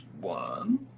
one